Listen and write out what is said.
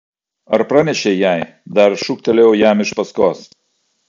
ar pranešei jai dar šūktelėjau jam iš paskos